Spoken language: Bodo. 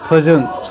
फोजों